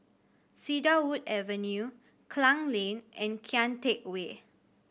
Cedarwood Avenue Klang Lane and Kian Teck Way